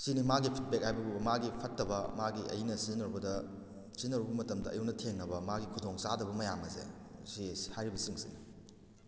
ꯁꯤꯅꯤ ꯃꯥꯒꯤ ꯐꯤꯕꯕꯦꯛ ꯍꯥꯏꯕꯕꯨ ꯃꯥꯒꯤ ꯐꯠꯇꯕ ꯃꯥꯒꯤ ꯑꯩꯅ ꯁꯤꯖꯤꯟꯅꯔꯨꯕꯗ ꯁꯤꯖꯤꯟꯅꯔꯨꯕ ꯃꯇꯝꯗ ꯑꯩꯉꯣꯟꯗ ꯊꯦꯡꯅꯕ ꯃꯥꯒꯤ ꯈꯨꯗꯣꯡ ꯆꯥꯗꯕ ꯃꯌꯥꯝ ꯑꯁꯦ ꯁꯤ ꯍꯥꯏꯔꯤꯕꯁꯤꯡꯁꯤ